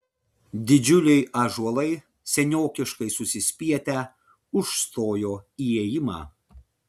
didžiuliai ąžuolai seniokiškai susispietę užstojo įėjimą